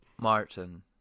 Martin